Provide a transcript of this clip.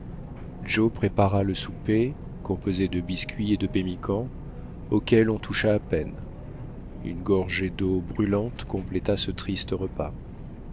joe prépara le souper composé de biscuit et de pemmican auquel on toucha à peine une gorgée d'eau brûlante compléta ce triste repas